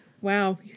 wow